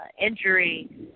injury